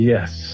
Yes